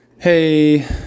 Hey